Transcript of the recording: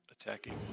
attacking